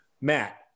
Matt